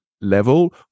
level